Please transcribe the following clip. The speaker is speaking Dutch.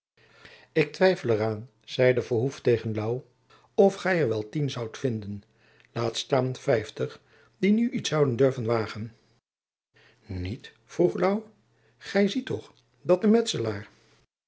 ik twijfel er aan zeide verhoef tegen louw of gy er wel tien zoudt vinden laat staan vijftig die nu iets zouden durven wagen niet vroeg louw gy ziet toch dat de metselaar